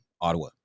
Ottawa